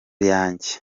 yanjye